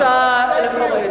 אני רוצה לפרט.